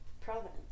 Providence